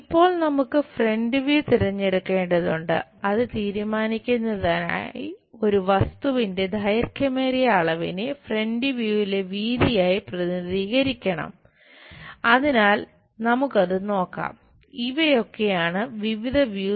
ഇപ്പോൾ നമുക്ക് front view